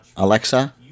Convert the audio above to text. Alexa